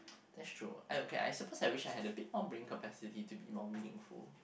that's true I okay I suppose I wish I had a bit more brain capacity to be more meaningful